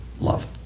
love